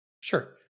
Sure